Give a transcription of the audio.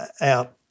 out